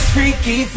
Freaky